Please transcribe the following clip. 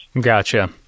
Gotcha